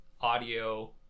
audio